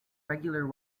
regular